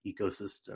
ecosystem